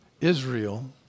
Israel